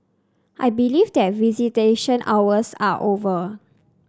I believe that visitation hours are over